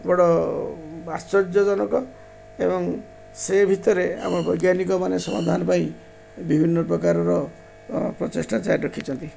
ବଡ଼ ଆଶ୍ଚର୍ଯ୍ୟଜନକ ଏବଂ ସେ ଭିତରେ ଆମର ବୈଜ୍ଞାନିକ ମାନେ ସମାଧାନ ପାଇଁ ବିଭିନ୍ନ ପ୍ରକାରର ପ୍ରଚେଷ୍ଟା ଜାରି ରଖିଛନ୍ତି